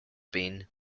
bean